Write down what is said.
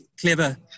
clever